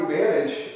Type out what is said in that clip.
manage